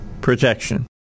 protection